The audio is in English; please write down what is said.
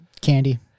candy